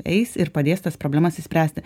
eis ir padės tas problemas išspręsti